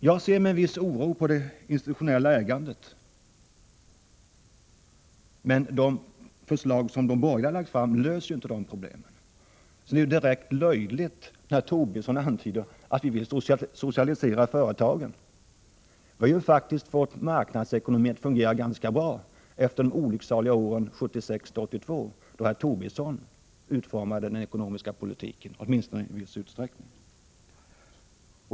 Jag ser med en viss oro på det institutionella ägandet, men de förslag som de borgerliga lagt fram löser inte det problemet. Det är därför direkt löjligt när Tobisson antyder att vi vill socialisera företagen. Vi har faktiskt fått marknadsekonomin att fungera ganska bra efter de olycksaliga åren 1976 1982, då herr Tobisson utformade den ekonomiska politiken, åtminstone i viss utsträckning.